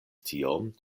tion